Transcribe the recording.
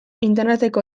interneteko